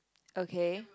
okay